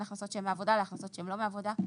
הכנסות שהן מעבודה לבין הכנסות שהן לא מעבודה.